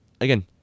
again